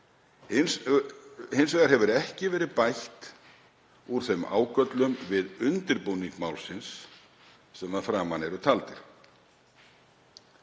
Hins vegar hefur ekki verið bætt úr þeim ágöllum við undirbúning málsins sem að framan eru taldir.